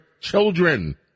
children